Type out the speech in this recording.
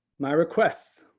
my requests,